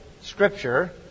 Scripture